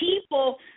people